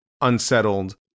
unsettled